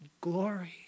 glory